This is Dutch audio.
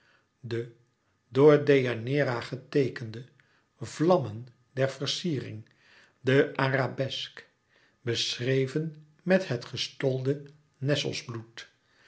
de door deianeira geteekende vlammen der versiering de arabesk beschreven met het gestolde nessosbloed